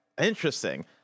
Interesting